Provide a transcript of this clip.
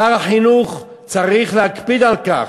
שר החינוך צריך להקפיד על כך.